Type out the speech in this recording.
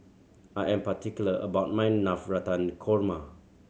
I am particular about my Navratan Korma